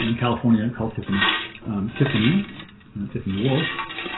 and california and call tiffany tiffany tiffany wolf